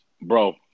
Bro